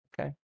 okay